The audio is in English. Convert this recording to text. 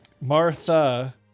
Martha